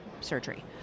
surgery